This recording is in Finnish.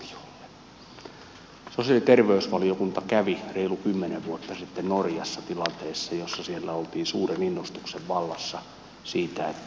sosiaali ja terveysvaliokunta kävi reilu kymmenen vuotta sitten norjassa tilanteessa jossa siellä oltiin suuren innostuksen vallassa siitä että nyt tehtiin uudistus